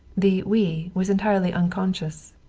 the we was entirely unconscious.